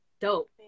Dope